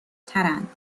ترند